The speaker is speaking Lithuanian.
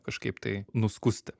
kažkaip tai nuskusti